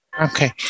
Okay